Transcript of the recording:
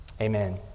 Amen